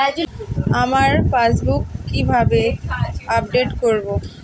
আমার পাসবুক কিভাবে আপডেট করবো?